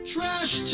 Trash